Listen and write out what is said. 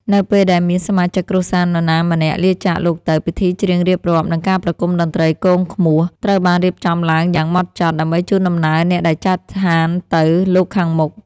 នៅពេលដែលមានសមាជិកគ្រួសារណាម្នាក់លាចាកលោកទៅ ពិធីច្រៀងរៀបរាប់ និងការប្រគំតន្ត្រីគងឃ្មោះ ត្រូវបានរៀបចំឡើងយ៉ាងហ្មត់ចត់ ដើម្បីជូនដំណើរអ្នកដែលចែកឋានទៅកាន់លោកខាងមុខ។